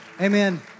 Amen